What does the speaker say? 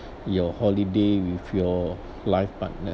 your holiday with your life partner